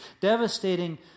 devastating